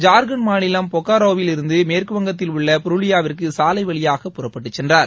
ஜார்கண்ட் மாநிலம் பொக்காரோவில் இருந்து மேற்குவங்கத்தில் உள்ள புருலியாவிற்கு சாலை வழியாக புறப்பட்டு சென்றார்